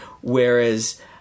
Whereas